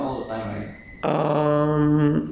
ha